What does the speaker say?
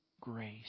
grace